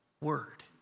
word